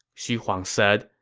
xu huang said,